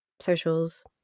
Socials